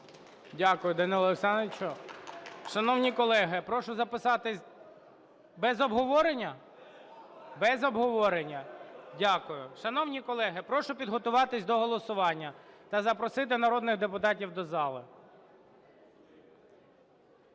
Дякую. Шановні колеги, прошу підготуватися до голосування та запросити народних депутатів до зали.